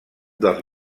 dels